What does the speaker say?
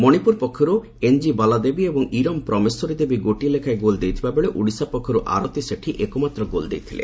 ମଣିପୁର ପକ୍ଷରୁ ଏନ୍ଜି ବାଲାଦେବୀ ଏବଂ ଇରମ୍ ପ୍ରମେଶ୍ୱରୀ ଦେବୀ ଗୋଟିଏ ଲେଖାଏଁ ଗୋଲ୍ ଦେଇଥିବା ବେଳେ ଓଡ଼ିଶା ପକ୍ଷର୍ ଆରତୀ ସେଠୀ ଏକମାତ୍ର ଗୋଲ୍ ଦେଇଥିଲେ